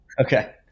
Okay